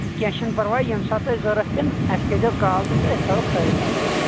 کینہہ چھُنہٕ پرواے ییٚمہِ ساتہٕ تۄہہِ ضروٗرت پٮ۪ن اسہِ کٔرۍ زیو کال تُہۍ تہٕ أسۍ تھاوو کھٲلِتھ حظ